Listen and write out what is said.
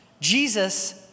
Jesus